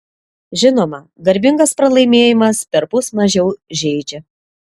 žinoma garbingas pralaimėjimas perpus mažiau žeidžia